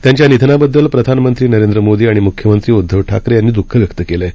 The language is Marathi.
त्यांच्या निधनाबद्दल प्रधानमंत्री नरेंद्र मोदी आणि मुख्यमंत्री उद्धव ठाकरे यांनी दुःख व्यक्त केलं आहे